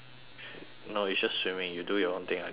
no it's just swimming you do your own thing I do my own thing